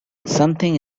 something